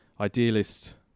idealist